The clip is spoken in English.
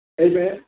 Amen